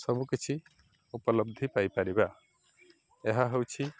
ସବୁକିଛି ଉପଲବ୍ଧି ପାଇପାରିବା ଏହା ହଉଛି